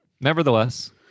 Nevertheless